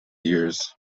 years